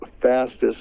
fastest